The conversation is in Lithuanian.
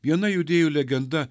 viena judėjų legenda